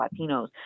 Latinos